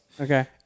Okay